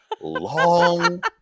long